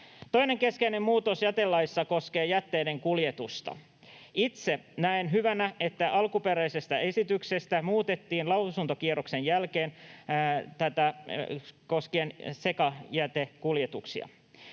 Toinen keskeinen muutos jätelaissa koskee jätteiden kuljetusta. Itse näen hyvänä, että alkuperäisestä esityksestä muutettiin lausuntokierroksen jälkeen sekajätekuljetuksia